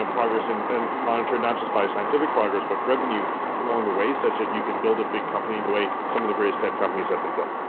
and progress and and monitor not just by scientific progress, but revenue along the way such that you can build a big company the way some of the greatest tech companies have been built.